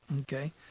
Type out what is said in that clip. Okay